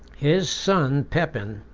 his son pepin,